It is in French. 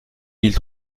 mille